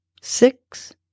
Six